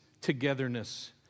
togetherness